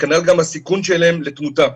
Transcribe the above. וכנראה גם הסיכון שלהם לתמותה.